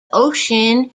ocean